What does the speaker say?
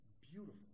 beautiful